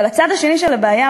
אבל הצד השני של הבעיה,